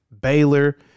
Baylor